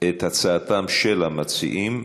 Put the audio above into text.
את הצעתם של המציעים,